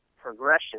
progression